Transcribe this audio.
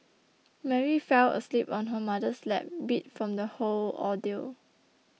Mary fell asleep on her mother's lap beat from the whole ordeal